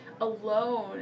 alone